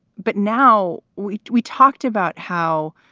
but now we we talked about how,